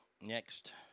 next